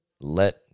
Let